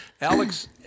Alex